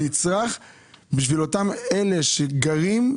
נצרך בשביל אותם אלה שגרים.